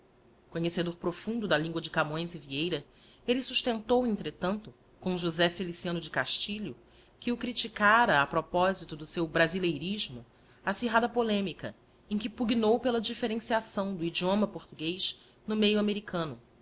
conhecedor profundo da lingua de camges e vieira elle sustentou entretanto com josé feliciano de castilho que o criticara a propósito do seu brasileirisfno acirrada polemica em que pugnou pela differenciaço do idioma portuguez no meio americano